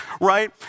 right